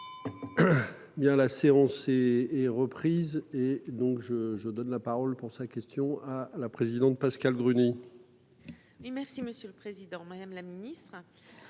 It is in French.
la séance et et reprise et donc je, je donne la parole pour sa question à la présidente. Pascale Gruny. Merci, monsieur le Président Madame la Ministre